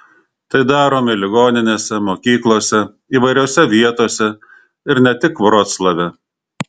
tai darome ligoninėse mokyklose įvairiose vietose ir ne tik vroclave